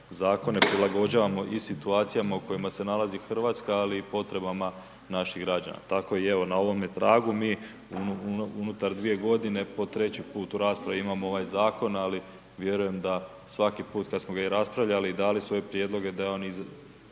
zakone prilagođavamo i situacijama u kojima se nalazi Hrvatska ali i potrebama naših građana. Tako i evo na ovome tragu mi unutar 2 godine po treći put u raspravi imamo ovaj zakon ali vjerujem da svaki put kada smo ga i raspravljali i dali svoje prijedloge da je on izašao